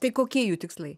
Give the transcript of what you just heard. tai kokie jų tikslai